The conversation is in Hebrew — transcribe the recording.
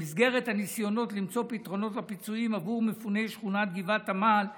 במסגרת הניסיונות למצוא פתרונות לפיצויים עבור מפוני שכונת גבעת עמל ב',